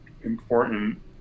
important